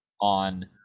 on